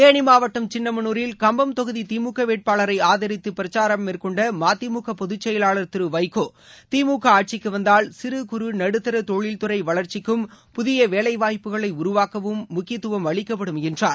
தேனிமாவட்டம் கம்பம் தொகுதிதிமுகவேட்பாளரைஆதித்தபிரச்சாரம் மேற்கொண்டமதிமுகபொதுச்செயலாளர் திருவைகோ திமுகஆட்சிக்குவந்தால் சிறு குறு நடுத்தரதொழில்துறைவளர்ச்சிக்கும் புதியவேலைவாய்ப்புகளைஉருவாக்கவும் முக்கியத்துவம் அளிக்கப்படும் என்றார்